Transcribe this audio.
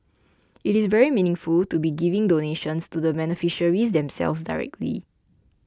it is very meaningful to be giving donations to the beneficiaries themselves directly